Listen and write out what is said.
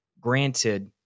Granted